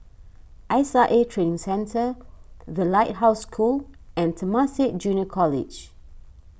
S I A Training Centre the Lighthouse School and Temasek Junior College